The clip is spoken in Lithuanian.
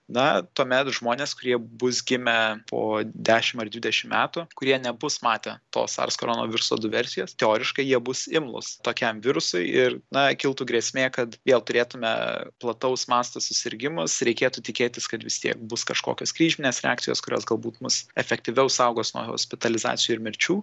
na tuomet žmonės kurie bus gimę po dešim ar dvidešim metų kurie nebus matę to sars koronoviruso du versijos teoriškai jie bus imlūs tokiam virusui ir na kiltų grėsmė kad vėl turėtume plataus masto susirgimus reikėtų tikėtis kad vis tiek bus kažkokios kryžminės reakcijos kurios galbūt mus efektyviau saugos nuo hospitalizacijų ir mirčių